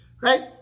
Right